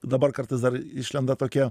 dabar kartais dar išlenda tokie